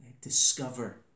discover